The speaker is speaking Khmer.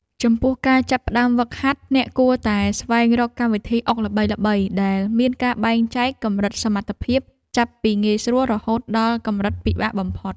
ចំពោះការចាប់ផ្ដើមហ្វឹកហាត់អ្នកគួរតែស្វែងរកកម្មវិធីអុកល្បីៗដែលមានការបែងចែកកម្រិតសមត្ថភាពចាប់ពីងាយស្រួលរហូតដល់កម្រិតពិបាកបំផុត។